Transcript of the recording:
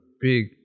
big